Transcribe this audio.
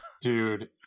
dude